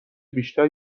بیشتر